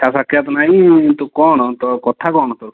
ଦେଖାସାକ୍ଷାତ ନାହିଁ ତୁ କ'ଣ ତୋ କଥା କ'ଣ ତୋ